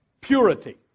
purity